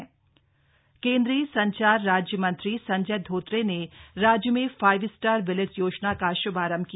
five star village योजना केंद्रीय संचार राज्यमंत्री संजय धोत्रे ने राज्य में फाइव स्टार विलेज योजना का शुभारंभ किया